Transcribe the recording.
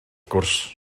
gwrs